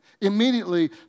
immediately